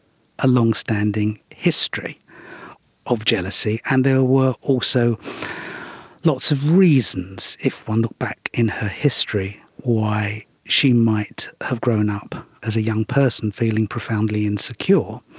a long-standing history of jealousy and there were also lots of reasons if one looked back in her history, why she might have grown up as a young person feeling profoundly insecure.